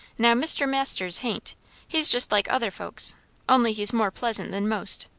now mr. masters hain't he's just like other folks only he's more pleasant than most.